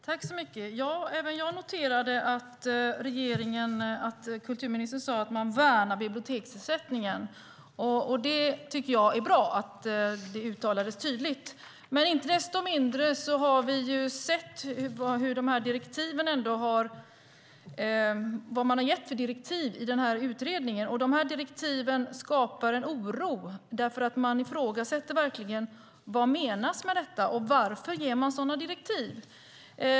Fru talman! Även jag noterade att kulturministern sade att man värnar biblioteksersättningen. Jag tycker att det är bra att det uttalades tydligt. Men inte desto mindre har vi sett vilka direktiv som har getts till den här utredningen. De här direktiven skapar en oro eftersom man verkligen ifrågasätter vad som menas med detta och undrar varför regeringen ger sådana direktiv.